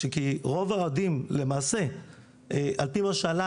כי רוב האוהדים למעשה על פי מה שעלה,